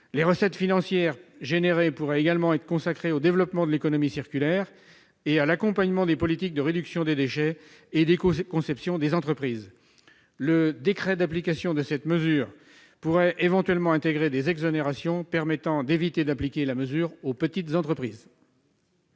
Les recettes financières tirées de cette taxe pourraient également être consacrées au développement de l'économie circulaire et à l'accompagnement des politiques de réduction des déchets et d'éco-conception des entreprises. Le décret d'application de cette mesure pourrait éventuellement prévoir des exonérations permettant d'empêcher son application aux petites entreprises.